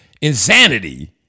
Insanity